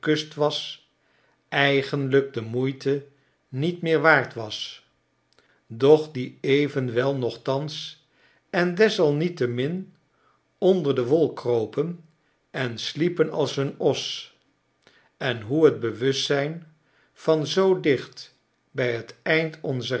kust was eigenlijk de moeite niet meer waard was doch die evenwel nochtans en desalniettemin onder de wol kropen en sliepen als een os en hoe het bewustzijn van zoo dicht bij t eind onzer